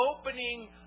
opening